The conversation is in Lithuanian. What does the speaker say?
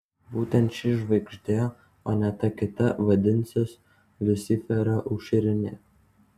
būtent ši žvaigždė o ne ta kita vadinsis liuciferio aušrinė